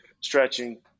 stretching